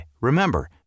remember